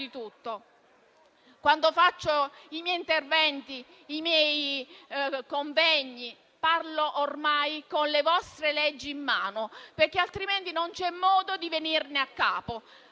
Quando faccio i miei interventi nei convegni parlo ormai con le vostre leggi in mano, perché altrimenti non c'è modo di venirne a capo.